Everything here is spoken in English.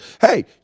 Hey